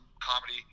comedy